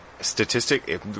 statistic